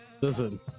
listen